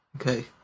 Okay